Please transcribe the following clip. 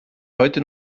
heute